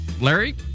Larry